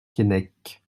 keinec